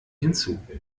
hinzu